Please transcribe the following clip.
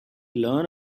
learn